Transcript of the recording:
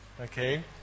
Okay